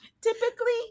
Typically